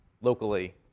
locally